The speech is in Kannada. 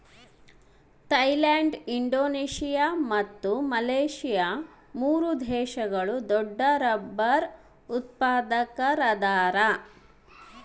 ಥೈಲ್ಯಾಂಡ್ ಇಂಡೋನೇಷಿಯಾ ಮತ್ತು ಮಲೇಷ್ಯಾ ಮೂರು ದೇಶಗಳು ದೊಡ್ಡರಬ್ಬರ್ ಉತ್ಪಾದಕರದಾರ